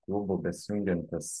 klubų besijungiantys